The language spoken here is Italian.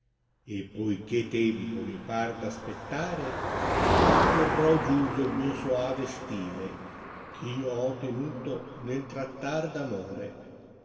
parlare poiché tempo mi par daspettare diporrò giuso il mio soave stile gho ho tenuto nel trattar d'amore